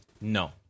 No